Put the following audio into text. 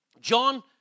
John